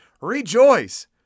Rejoice